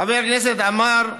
חבר הכנסת עמאר,